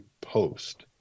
post